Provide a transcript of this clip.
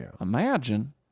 Imagine